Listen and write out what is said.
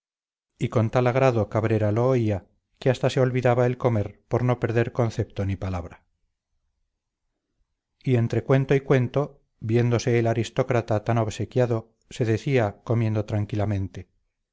y con tal agrado cabrera lo oía que hasta se le olvidaba el comer por no perder concepto ni palabra y entre cuento y cuento viéndose el aristócrata tan obsequiado se decía comiendo tranquilamente